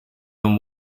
than